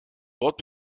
dort